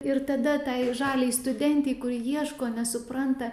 ir tada tai žaliai studentei kuri ieško nesupranta